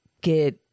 get